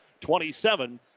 27